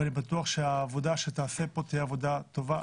ואני בטוח שהעבודה שתעשה פה תהיה עבודה טובה.